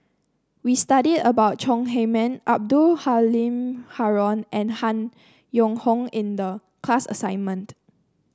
we studied about Chong Heman Abdul Halim Haron and Han Yong Hong in the class assignment